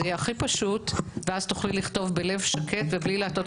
יהיה הכי פשוט ואז תוכלי לכתוב בלב שקט ובלי להטעות